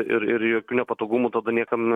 ir ir jokių nepatogumų tada niekam